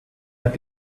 had